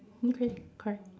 okay correct